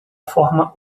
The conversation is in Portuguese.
forma